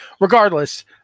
regardless